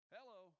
Hello